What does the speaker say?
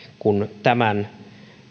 kun tämän